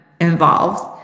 involved